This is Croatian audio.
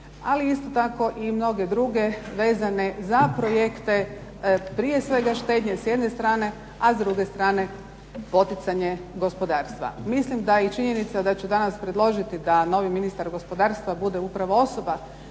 ali isto tako i mnoge druge vezane za projekte prije svega štednje s jedne strane a s druge strane poticanje gospodarstva. Mislim da i činjenica da ću danas predložiti da novi ministar gospodarstva bude upravo osoba